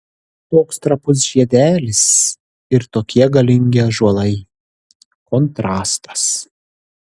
toks trapus žiedelis ir tokie galingi ąžuolai kontrastas